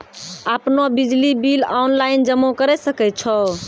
आपनौ बिजली bill online जमा करै सकै छौ?